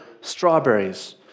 strawberries